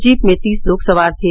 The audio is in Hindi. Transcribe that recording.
जीप में तीस लोग सवार थे